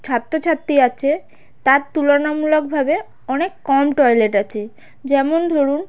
ছাত্র ছাত্রী আছে তার তুলনামূলকভাবে অনেক কম টয়লেট আছে যেমন ধরুন